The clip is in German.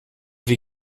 wie